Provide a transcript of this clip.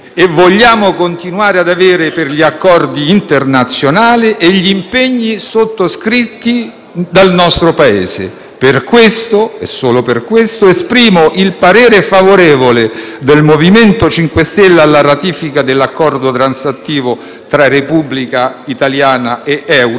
e vogliamo continuare ad avere per gli accordi internazionali e gli impegni sottoscritti dal nostro Paese. Per questo - e solo per questo - esprimo il parere favorevole del MoVimento 5 Stelle alla ratifica dell'Accordo transattivo tra Repubblica italiana e l'Euratom